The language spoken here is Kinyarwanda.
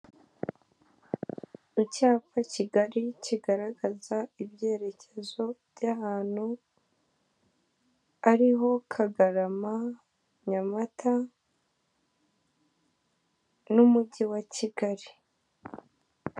Icyapa kigari kigaragaza ibyerekezo by'ahantu ariho Kagarama, Nyamata n'umugi wa Kigali.